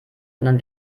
sondern